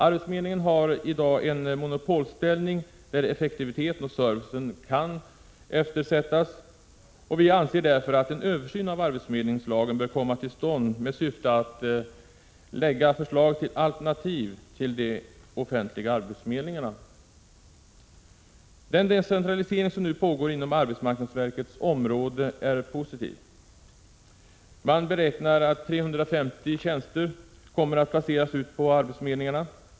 Arbetsförmedlingen har i dag en monopolställning där effektiviteten och servicen kan eftersättas. Vi anser därför att en översyn av arbetsförmedlingslagen bör komma till stånd med syfte att lägga fram förslag om alternativ till de offentliga arbetsförmedlingarna. Den decentralisering som nu pågår inom arbetsmarknadsverkets område är positiv. Man beräknar att 350 tjänster kommer att placeras ut på arbetsförmedlingarna.